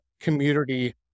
community